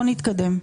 בוא נתקדם.